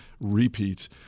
repeats